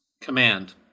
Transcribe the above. command